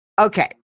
okay